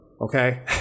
okay